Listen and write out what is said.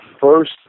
first